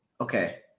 Okay